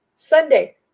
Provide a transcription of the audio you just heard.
Sunday